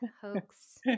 hoax